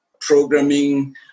programming